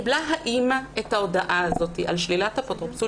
קיבלה האימא את ההודעה הזאת על שלילת אפוטרופסות